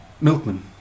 Milkman